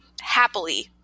happily